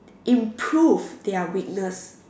improve their weakness